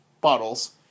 bottles